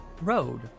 road